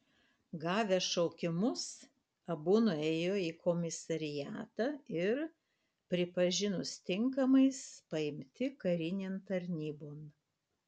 gavę šaukimus abu nuėjo į komisariatą ir pripažinus tinkamais paimti karinėn tarnybon